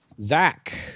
Zach